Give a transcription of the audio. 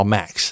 Max